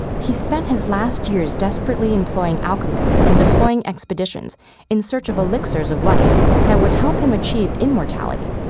he spent his last years desperately employing alchemists and deploying expeditions in search of elixirs of life that would help him achieve immortality.